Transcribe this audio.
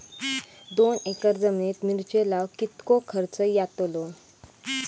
दोन एकर जमिनीत मिरचे लाऊक कितको खर्च यातलो?